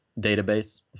database